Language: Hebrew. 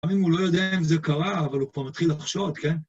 לפעמים הוא לא יודע אם זה קרה, אבל הוא כבר מתחיל לחשוד, כן?